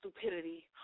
stupidity